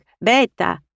Beta